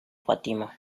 fatima